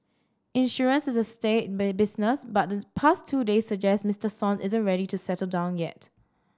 insurance is a staid business but the past two days suggest Mister Son isn't ready to settle down yet